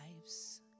lives